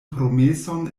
promeson